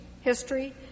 history